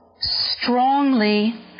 strongly